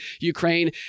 Ukraine